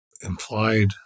implied